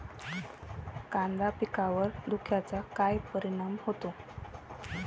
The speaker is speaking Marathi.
कांदा पिकावर धुक्याचा काय परिणाम होतो?